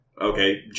Okay